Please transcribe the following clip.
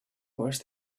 worse